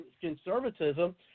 conservatism